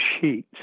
sheet